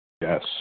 Yes